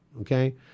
Okay